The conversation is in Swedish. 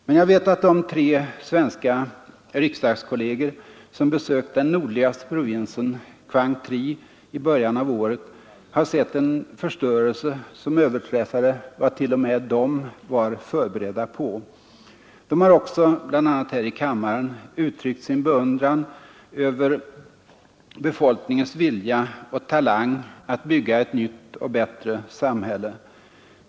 Men jag vet att de tre svenska riksdagskolleger som besökt den nordligaste provinsen, Quang Tri, i början av året har sett en förstörelse som överträffade vad de var förberedda på. De har också bl.a. här i kammaren uttryckt sin beundran över befolkningens vilja och talang att bygga upp ett nytt och bättre samhälle.